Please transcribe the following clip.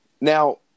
Now